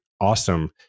awesome